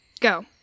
Go